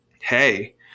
hey